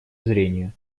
зрения